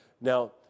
now